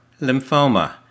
lymphoma